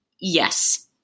yes